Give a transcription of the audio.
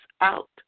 out